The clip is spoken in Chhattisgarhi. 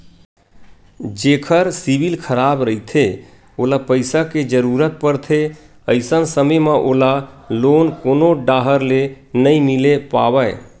जेखर सिविल खराब रहिथे ओला पइसा के जरूरत परथे, अइसन समे म ओला लोन कोनो डाहर ले नइ मिले पावय